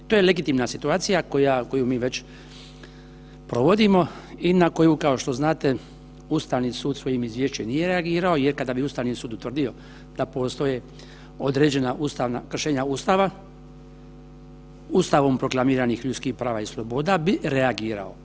To je legitimna situacija koju mi već provodimo i na koju, kao što znate Ustavni sud svojim izvješćem nije reagirao jer kada bi Ustavni sud utvrdio da postoje određena ustavna, kršenja Ustava, Ustavom proklamiranih ljudskih prava i sloboda bi reagirao.